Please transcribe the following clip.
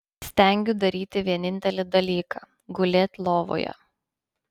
įstengiu daryti vienintelį dalyką gulėt lovoje